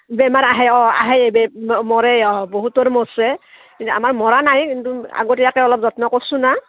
বেমাৰ আহে অঁ আহে মৰে অঁ বহুতৰ মৰছে আমাৰ মৰা নাই কিন্তু আগতীয়াকে অলপ যত্ন কৰছোঁ না